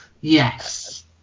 Yes